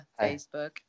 Facebook